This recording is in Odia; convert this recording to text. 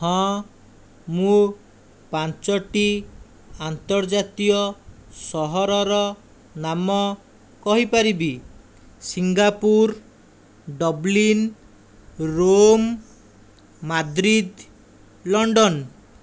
ହଁ ମୁଁ ପାଞ୍ଚଟି ଆନ୍ତର୍ଜାତୀୟ ସହରର ନାମ କହିପାରିବି Singapore Dublin Rome Madrid London